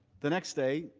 the next day,